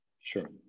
Sure